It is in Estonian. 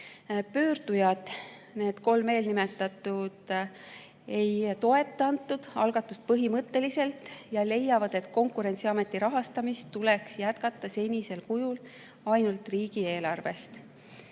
Pöördujad, need kolm eelnimetatut, ei toeta seda algatust põhimõtteliselt ja leiavad, et Konkurentsiameti rahastamist tuleks jätkata senisel kujul ainult riigieelarvest.